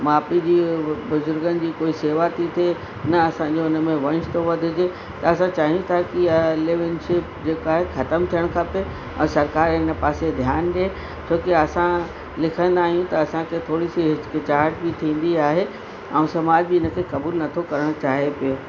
माउ पीउ जी बुज़ुर्गनि जी कोई सेवा थी थिए न असांजो इन में को वंश थो वधिजे त असां चाहियूं था कि लिव इन शिप जेका आहे ख़तमु थियणु खपे ऐं सरकार इन पासे ध्यानु ॾे छो कि असां लिखंदा आहियूं त असांखे थोरी सी हिचकिचाहट बि थींदी आहे ऐं समाज बि इन खे क़बूल नथो करणु चाहे पियो